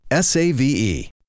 SAVE